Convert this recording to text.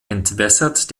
entwässert